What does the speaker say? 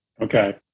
Okay